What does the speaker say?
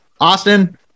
Austin